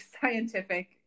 scientific